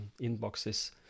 inboxes